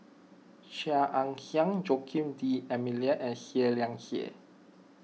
Chia Ann Siang Joaquim D'Almeida and Seah Liang Seah